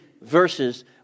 verses